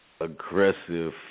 aggressive